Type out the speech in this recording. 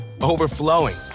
overflowing